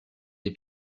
des